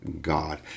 God